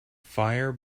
fire